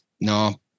no